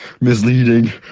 misleading